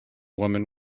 woman